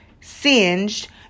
singed